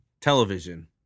television